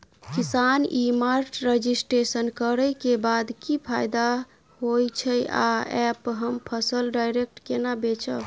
किसान e mart registration करै केँ बाद की फायदा होइ छै आ ऐप हम फसल डायरेक्ट केना बेचब?